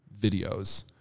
videos